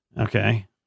Okay